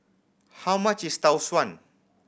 how much is Tau Suan